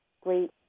great